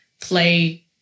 play